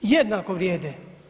Jednako vrijede.